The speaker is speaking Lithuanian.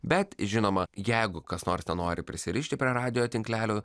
bet žinoma jeigu kas nors nenori prisirišti prie radijo tinklelio